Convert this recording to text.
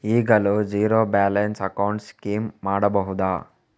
ಈಗಲೂ zero balance account scheme ಮಾಡಬಹುದಾ?